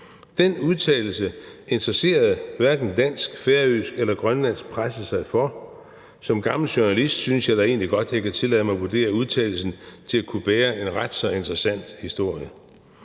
Den udtalelse interesserede hverken dansk, færøsk eller grønlandsk presse sig for, men som gammel journalist synes jeg da egentlig godt, at jeg kan tillade mig at vurdere udtalelsen til at kunne bære en ret så interessant historie.